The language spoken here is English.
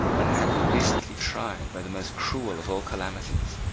and had been recently tried by the most cruel of all calamities.